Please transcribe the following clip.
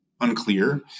unclear